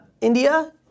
India